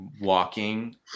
walking